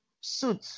suit